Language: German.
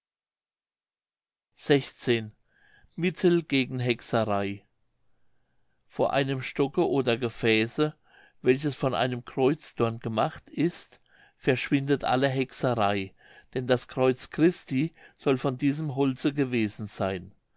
vor einem stocke oder gefäße welches von einem kreuzdorn gemacht ist verschwindet alle hexerei denn das kreuz christi soll von diesem holze gewesen seyn